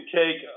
take